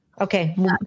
okay